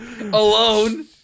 Alone